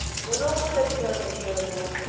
when all's said and done, miss shirley, ma'am,